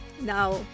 now